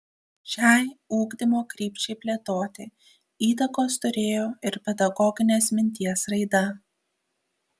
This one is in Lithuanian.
šiai ugdymo krypčiai plėtoti įtakos turėjo ir pedagoginės minties raida